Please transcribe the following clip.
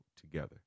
together